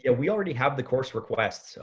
ah we already have the course requests. oh,